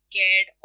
get